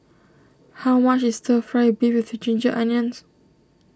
how much is Stir Fry Beef with Ginger Onions